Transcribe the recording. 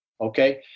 okay